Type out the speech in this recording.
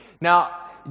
Now